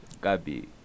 Gabi